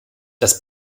das